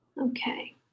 Okay